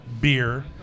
beer